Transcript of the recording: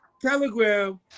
Telegram